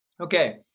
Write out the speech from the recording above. Okay